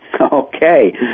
okay